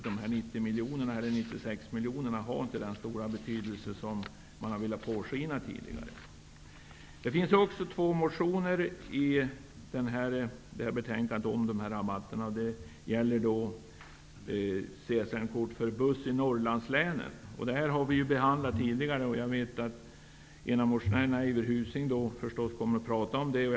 Dessa 96 miljoner har inte den stora betydelse som man tidigare har velat påskina. Norrlandslänen. Denna fråga har vi behandlat tidigare. Jag vet att en av motionärerna, nämligen Eivor Husing, kommer att tala om detta.